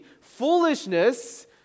Foolishness